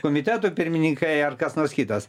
komitetų pirmininkai ar kas nors kitas